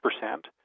percent